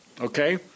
Okay